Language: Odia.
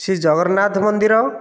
ଶ୍ରୀ ଜଗନ୍ନାଥ ମନ୍ଦିର